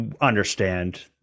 understand